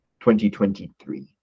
2023